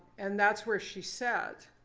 and that's where she sat.